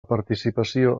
participació